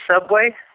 subway